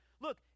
Look